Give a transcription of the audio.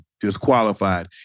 Disqualified